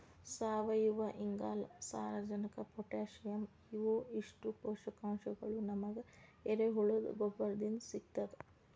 ಸಾವಯುವಇಂಗಾಲ, ಸಾರಜನಕ ಪೊಟ್ಯಾಸಿಯಂ ಇವು ಇಷ್ಟು ಪೋಷಕಾಂಶಗಳು ನಮಗ ಎರೆಹುಳದ ಗೊಬ್ಬರದಿಂದ ಸಿಗ್ತದ